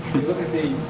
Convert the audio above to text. look at the.